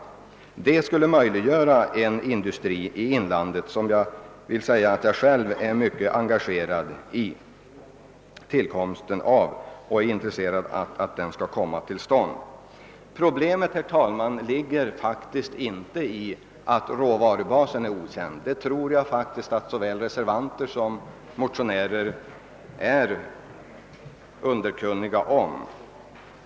Det skulle verksamt bidra till att möjliggöra tillkomsten av en industri i inlandet, som jag själv är mycket intresserad av att medverka till. Problemet, herr talman, ligger faktiskt inte i att råvarubasen är okänd. Det tror jag faktiskt att såväl reservanter som motionärer är medvetna om.